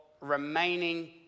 remaining